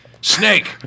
Snake